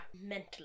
mentally